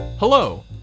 Hello